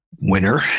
winner